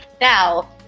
Now